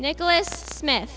nicholas smith